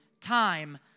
time